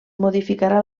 modificarà